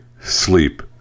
sleep